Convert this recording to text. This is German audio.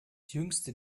jüngste